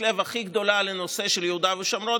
הלב הכי גדולה לנושא יהודה ושומרון,